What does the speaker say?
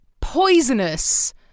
poisonous